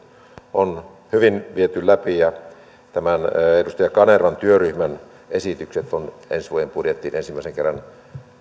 on hyvin viety läpi ja edustaja kanervan työryhmän esitykset on ensi vuoden budjettiin ensimmäisen kerran